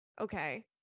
Okay